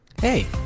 Hey